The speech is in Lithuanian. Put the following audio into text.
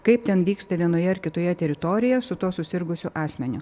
kaip ten vyksta vienoje ar kitoje teritorijoje su tuo susirgusiu asmeniu